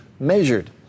measured